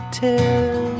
tell